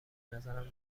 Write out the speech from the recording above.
نظرم